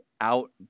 out